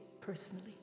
personally